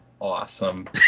awesome